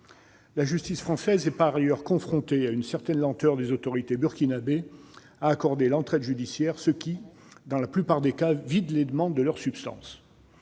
La justice française est par ailleurs confrontée à une certaine lenteur des autorités burkinabées à accorder l'entraide judiciaire, ce qui, dans la plupart des cas, vide les demandes de leur substance.